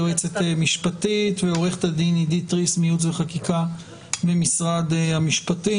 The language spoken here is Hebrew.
יועצת משפטית ועו"ד עירית ריס מייעוץ וחקיקה ממשרד המשפטים.